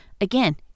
again